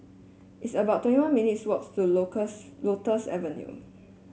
it's about twenty one minutes' walks to Lotus Avenue